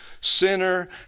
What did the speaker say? sinner